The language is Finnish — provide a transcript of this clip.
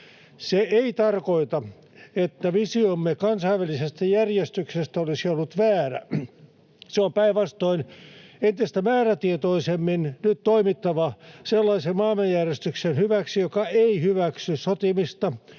Se ei tarkoita sitä, että visiomme kansainvälisestä järjestyksestä olisi ollut väärä. Päinvastoin nyt on toimittava entistä määrätietoisemmin sellaisen maailmanjärjestyksen hyväksi, joka ei hyväksy sotimista,